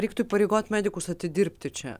reiktų įpareigot medikus atidirbti čia